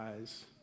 eyes